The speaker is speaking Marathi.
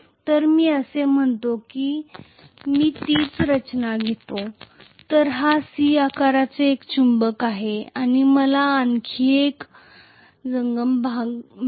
तर मी असे म्हणतो की मी तीच रचना घेतो तर हा C आकाराचा एक चुंबक आहे आणि मला आणखी एक जंगम हालचाल सक्षमmovable भाग मिळेल